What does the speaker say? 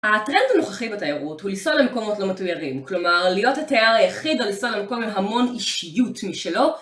הטרנד הנוכחי בתיירות הוא לנסוע למקומות לא מטוירים, כלומר, להיות התייר יחיד או לנסוע למקום עם המון אישיות משלו.